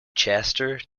chester